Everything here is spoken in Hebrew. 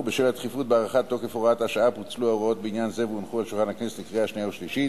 התשע"א 2011, קריאה שנייה ושלישית.